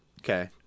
Okay